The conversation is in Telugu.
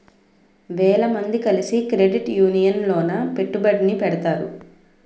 వేల మంది కలిసి క్రెడిట్ యూనియన్ లోన పెట్టుబడిని పెడతారు